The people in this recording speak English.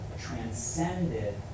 transcended